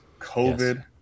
COVID